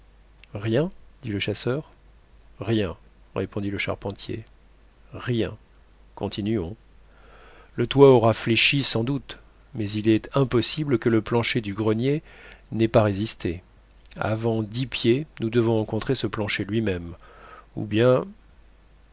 rien dit le chasseur rien répondit le charpentier rien continuons le toit aura fléchi sans doute mais il est impossible que le plancher du grenier n'ait pas résisté avant dix pieds nous devons rencontrer ce plancher lui-même ou bien